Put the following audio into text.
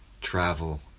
travel